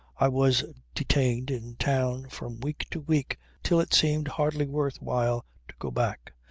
i was detained in town from week to week till it seemed hardly worth while to go back.